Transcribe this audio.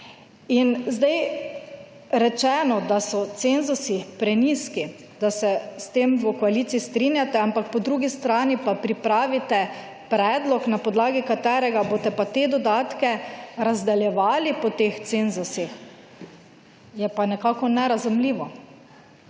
Sedaj rečeno, da so cenzusi prenizki, da se s tem v koaliciji strinjate, ampak po drugi strani pa pripravite predlog, na podlagi katerega boste pa te dodatke razdeljevali po teh cenzusih je nekako nerazumljivo.